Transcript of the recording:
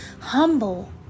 humble